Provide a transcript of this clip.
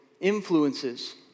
influences